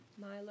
Milo